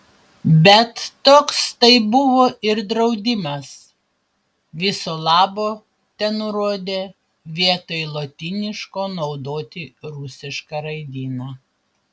bet toks tai buvo ir draudimas viso labo tenurodė vietoj lotyniško naudoti rusišką raidyną